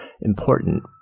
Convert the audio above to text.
important